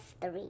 three